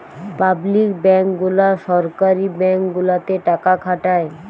public bank গুলা সরকারি bank গুলাতে টাকা খাটায়